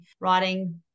writing